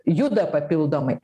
juda papildomai